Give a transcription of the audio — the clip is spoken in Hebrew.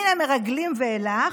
"מן המרגלים ואילך,